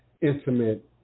intimate